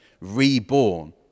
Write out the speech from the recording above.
reborn